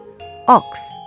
ox